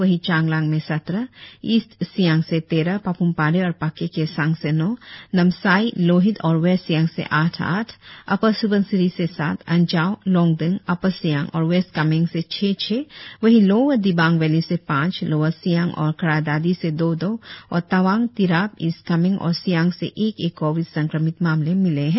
वहीं चांगलांग में सत्रह ईस्ट सियांग से तेरह पाप्म पारे और पाक्के केसांग से नौ नामसाई लोहित और वेस्ट सियांग से आठ आठ अपर स्बनसिरी से सात अंचाव लोंगडिंग अपर सियांग और वेस्ट कामेंग से छह छह वहीं लोअर दिबांग वैली से पांच लोअर सियांग और क्रा दादी से दो दो और तवांग तिराप ईस्ट कामेंग और सियांग से एक एक कोविड संक्रमित मामले मिले है